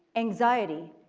anxiety,